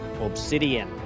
Obsidian